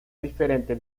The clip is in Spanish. diferente